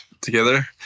together